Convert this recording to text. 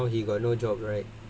so now he got no job right